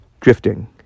drifting